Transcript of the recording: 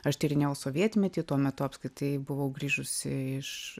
aš tyrinėjau sovietmetį tuo metu apskritai buvau grįžusi iš